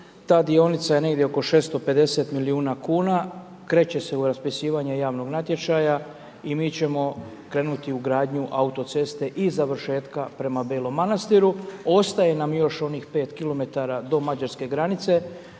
ta dionica je negdje oko 650 milijuna kuna, kreće se u raspisivanje javnog natječaja i mi ćemo krenuti u gradnju autoceste i završetka prema Belom Manastiru. Ostaje nam još onih 5 km do Mađarske granice,